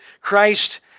Christ